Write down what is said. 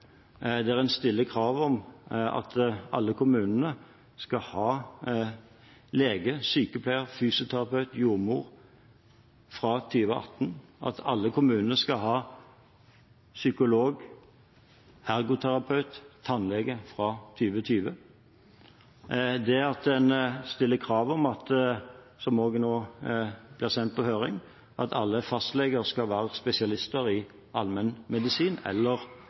der en stiller krav om at alle kommunene skal ha lege, sykepleier, fysioterapeut og jordmor fra 2018, at alle kommunene skal ha psykolog, ergoterapeut og tannlege fra 2020, og at en stiller krav om, som nå også er sendt på høring, at alle fastleger skal være spesialister i allmennmedisin eller